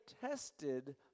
tested